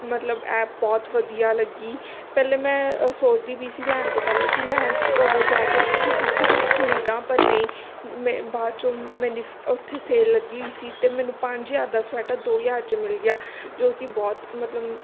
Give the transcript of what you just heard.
ਮਤਲਬ ਐਪ ਬਹੁਤ ਵਧੀਆ ਲੱਗੀ ਪਹਿਲੇ ਮੈਂ ਸੋਚਦੀ ਪਈ ਸੀ ਲੈਣ ਤੋਂ ਪਹਿਲਾਂ ਕਿ ਮੈਂ ਜਾ ਕੇ ਖੁਦ ਖਰੀ ਖਰੀਦਾਂ ਪਰ ਨਹੀਂ ਮੈਂ ਬਾਅਦ 'ਚੋਂ ਮੈਨੀ ਉੱਥੇ ਸੇਲ ਲੱਗੀ ਹੋਈ ਸੀ ਅਤੇ ਮੈਨੂੰ ਪੰਜ ਹਜ਼ਾਰ ਦਾ ਸਵੈਟਰ ਦੋੋ ਹਜ਼ਾਰ 'ਚ ਮਿਲ ਗਿਆ ਜੋ ਕਿ ਬਹੁਤ ਮਤਲਬ